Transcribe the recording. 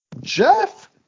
Jeff